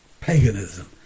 paganism